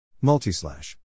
Multi-slash